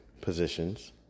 positions